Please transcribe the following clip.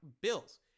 bills